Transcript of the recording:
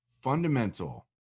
fundamental